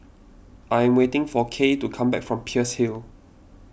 I am waiting for Kaye to come back from Peirce Hill